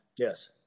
Yes